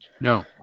No